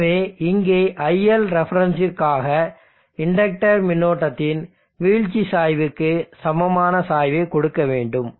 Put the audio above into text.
எனவே இங்கே iLrefற்காக இண்டக்டர் மின்னோட்டத்தின் வீழ்ச்சி சாய்வுக்கு சமமான சாய்வைக் கொடுக்க வேண்டும்